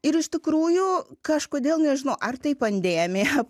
ir iš tikrųjų kažkodėl nežinau ar tai pandemija